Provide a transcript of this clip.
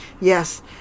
Yes